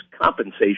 compensation